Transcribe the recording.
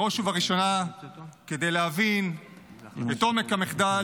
בראש ובראשונה כדי להבין את עומק המחדל